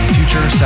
future